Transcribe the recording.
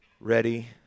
ready